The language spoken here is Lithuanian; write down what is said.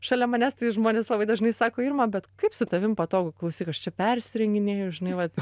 šalia manęs tai žmonės labai dažnai sako irma bet kaip su tavim patogu klausyk aš čia persirenginėju žinai vat